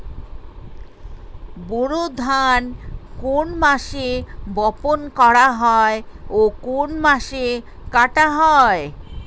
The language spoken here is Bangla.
বোরো ধান কোন মাসে বপন করা হয় ও কোন মাসে কাটা হয়?